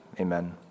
Amen